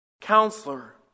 Counselor